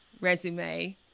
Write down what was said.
resume